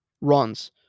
runs